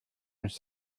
muss